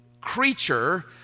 creature